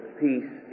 peace